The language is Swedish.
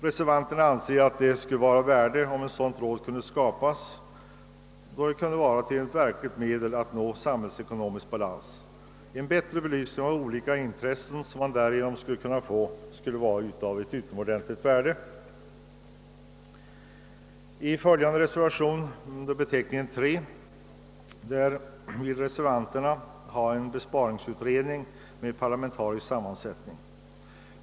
Reservanterna anser att det skulle vara av värde om ett sådant råd kunde skapas, då det kunde innebära ett verksamt medel för att åstadkomma <samhällsekonomisk <balans. En bättre belysning av olika intressen skulle därigenom kunna erhållas, vilket skulle vara av utomordentligt värde. I reservationen 3 föreslår reservanterna tillsättandet av en besparingsutredning med parlamentarisk sammansättning.